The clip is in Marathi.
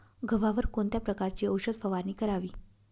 गव्हावर कोणत्या प्रकारची औषध फवारणी करावी?